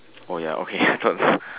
oh ya okay I thought